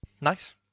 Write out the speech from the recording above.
Nice